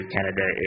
Canada